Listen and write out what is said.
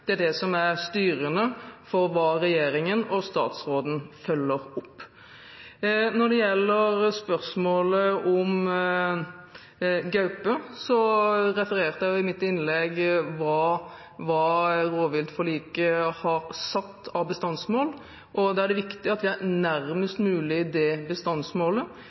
Det er det som er styrende for hva regjeringen og statsråden følger opp. Når det gjelder spørsmålet om gaupe, refererte jeg jo i mitt innlegg hva rovviltforliket har satt av bestandsmål, og det er viktig at vi er nærmest mulig det bestandsmålet.